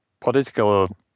political